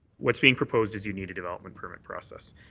what's being proposed is you need a development permit process.